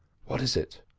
what is it?